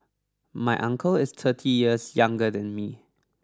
my uncle is thirty years younger than me